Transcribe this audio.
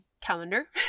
calendar